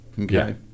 okay